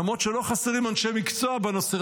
למרות שלא חסרים אנשי מקצוע בנושא,